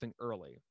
early